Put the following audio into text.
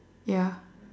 ya